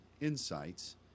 insights